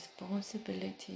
responsibility